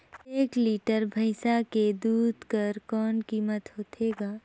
एक लीटर भैंसा के दूध कर कौन कीमत होथे ग?